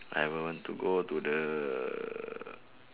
I will want to go to the